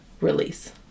release